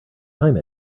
time